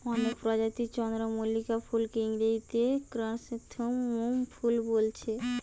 অনেক প্রজাতির চন্দ্রমল্লিকা ফুলকে ইংরেজিতে ক্র্যাসনথেমুম ফুল বোলছে